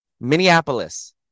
minneapolis